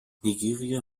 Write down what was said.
nigeria